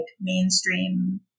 mainstream